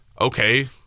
okay